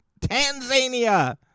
Tanzania